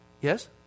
Yes